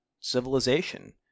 civilization